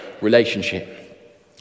relationship